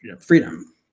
freedom